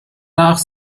nach